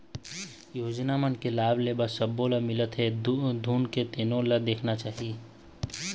योजना मन के लाभ ह सब्बो ल मिलत हे धुन नइ तेनो ल देखना चाही